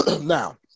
Now